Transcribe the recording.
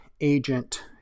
agent